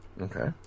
Okay